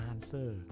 answer